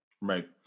Right